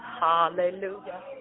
Hallelujah